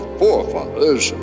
forefathers